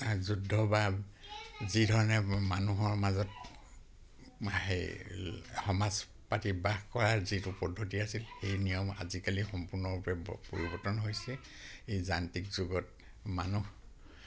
যুদ্ধ বা যিধৰণে মানুহৰ মাজত সেই সমাজ পাতি বাস কৰাৰ যিটো পদ্ধতি আছিল সেই নিয়ম আজিকালি সম্পূৰ্ণৰূপে পৰিৱৰ্তন হৈছে এই যান্ত্ৰিক যুগত মানুহ